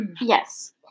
Yes